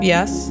Yes